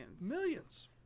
millions